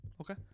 Okay